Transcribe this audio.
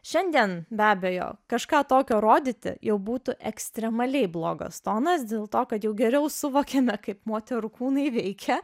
šiandien be abejo kažką tokio rodyti jau būtų ekstremaliai blogas tonas dėl to kad jau geriau suvokiame kaip moterų kūnai veikia